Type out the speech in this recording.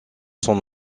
son